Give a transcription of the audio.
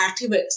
activists